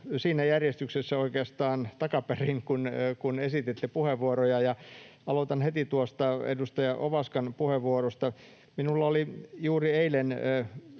siitä järjestyksestä, jossa esititte puheenvuoroja. Aloitan heti edustaja Ovaskan puheenvuorosta. Minulla oli juuri eilen